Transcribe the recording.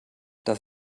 das